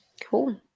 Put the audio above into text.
cool